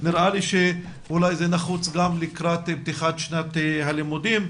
נראה לי שאולי זה דרוש לקראת פתיחת שנת הלימודים.